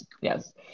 yes